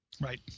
Right